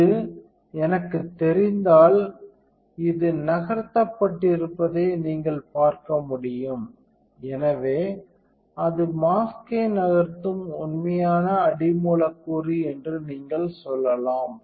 இது எனக்குத் தெரிந்தால் இது நகர்த்தப்பட்டிருப்பதை நீங்கள் பார்க்க முடியும் எனவே அது மாஸ்க்கை நகர்த்தும் உண்மையான அடி மூலக்கூறு என்று நீங்கள் சொல்லலாம்